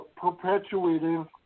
perpetuating